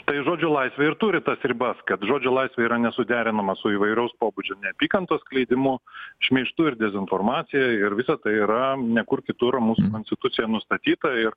tai žodžio laisvė ir turi tas ribas kad žodžio laisvė yra nesuderinama su įvairaus pobūdžio neapykantos skleidimu šmeižtu ir dezinformacija ir visa tai yra ne kur kitur o mūsų konstitucijoj nustatyta ir